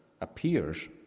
appears